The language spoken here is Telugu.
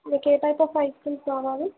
మీకు ఏ టైప్ ఆఫ్ ఐస్ క్రీమ్స్ కావాలి